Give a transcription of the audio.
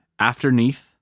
Afterneath